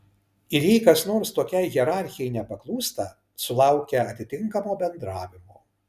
ir jei kas nors tokiai hierarchijai nepaklūsta sulaukia atitinkamo bendravimo